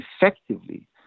effectively